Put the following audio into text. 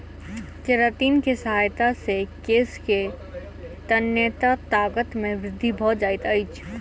keratin के सहायता से केश के तन्यता ताकत मे वृद्धि भ जाइत अछि